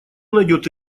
найдёт